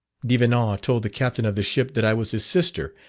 devenant told the captain of the ship that i was his sister,